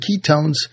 ketones